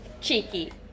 cheeky